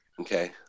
Okay